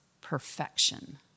perfection